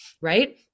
right